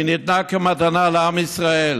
היא ניתנה כמתנה לעם ישראל